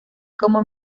como